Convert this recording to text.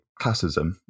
classism